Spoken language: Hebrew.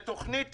לתוכנית היל"ה,